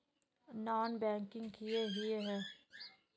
Non banking किए हिये है?